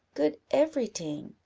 good every ting.